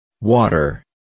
Water